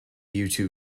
youtube